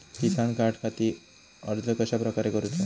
किसान कार्डखाती अर्ज कश्याप्रकारे करूचो?